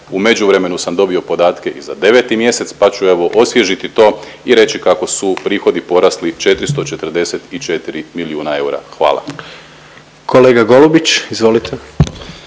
U međuvremenu sam dobio podatke i za 9 mjesec, pa ću evo osvježiti to i reći kako su prihodi porasli 444 milijuna eura. Hvala. **Jandroković, Gordan